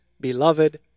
beloved